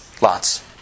Lots